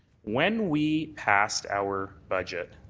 when we passed our budget